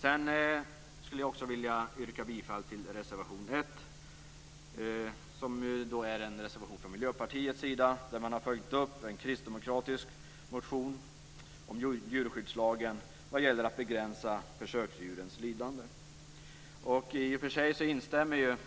Jag vill också yrka bifall till reservation 1 från Miljöpartiet där man har följt upp en kristdemokratisk motion om djurskyddslagen vad gäller att begränsa försöksdjurens lidande. I och för sig instämmer utskottet